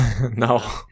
No